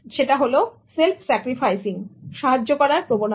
যেটা হলো self sacrificing সাহায্য করার প্রবণতা